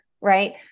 right